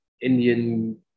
Indian